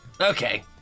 Okay